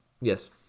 Yes